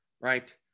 right